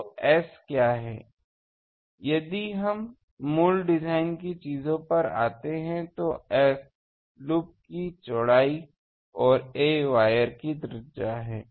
तो एस क्या है यदि हम मूल डिज़ाइन की चीजों पर आते हैं तो S लूप की चौड़ाई और a वायर की त्रिज्या है